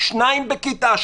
שניים בכיתה,